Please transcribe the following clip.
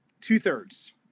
two-thirds